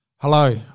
Hello